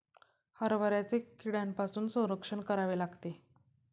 हरभऱ्याचे कीड्यांपासून संरक्षण करावे लागते